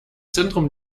zentrum